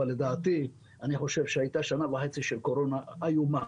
אבל אני חושב שהיו שנה וחצי של קורונה איומות,